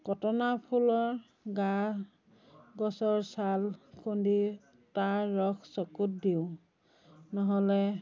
কটনা ফুলৰ গা গছৰ ছাল খুন্দি তাৰ ৰস চকুত দিওঁ নহ'লে